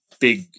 big